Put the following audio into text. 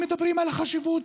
חבר הכנסת חסון.